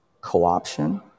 co-option